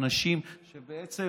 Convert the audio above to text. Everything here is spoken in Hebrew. אנשים שבעצם